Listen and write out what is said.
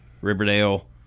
Riverdale